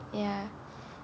ya